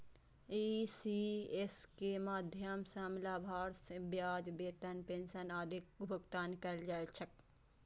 ECS के माध्यम सं लाभांश, ब्याज, वेतन, पेंशन आदिक भुगतान कैल जाइ छै